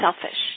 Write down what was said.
selfish